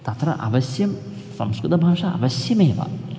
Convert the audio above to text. तत्र अवश्यं संस्कृतभाषा अवश्यमेव